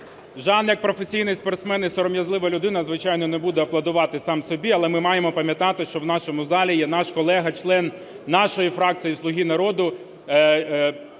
Жан як професійний спортсмен і сором'язлива людина, звичайно, не буде аплодувати сам собі. Але ми маємо пам'ятати, що в нашому залі є наш колега член нашої фракції "Слуга народу"